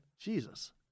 Jesus